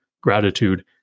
gratitude